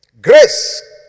Grace